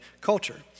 culture